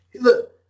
Look